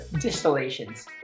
distillations